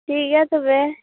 ᱴᱷᱤᱠ ᱜᱮᱭᱟ ᱛᱚᱵᱮ